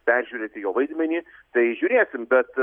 peržiūrėti jo vaidmenį tai žiūrėsim bet